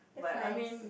nice